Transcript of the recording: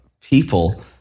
people